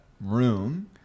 room